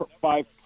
five